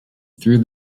through